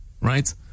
right